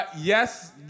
Yes